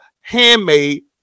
handmade